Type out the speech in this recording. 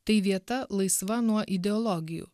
tai vieta laisva nuo ideologijų